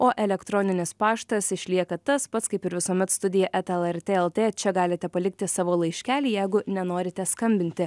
o elektroninis paštas išlieka tas pats kaip ir visuomet studija eta lrt lt čia galite palikti savo laiškelį jeigu nenorite skambinti